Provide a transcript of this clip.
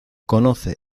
conoce